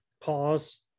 pause